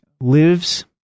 lives